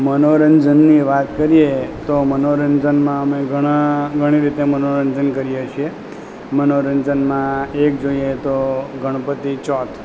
મનોરંજનની વાત કરીએ તો મનોરંજનમાં અમે ઘણાં ઘણી રીતે મનોરંજન કરીએ છીએ મનોરંજનમાં એક જોઈએ તો ગણપતિ ચોથ